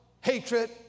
hatred